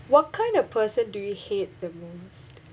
what kind of person do you hate the most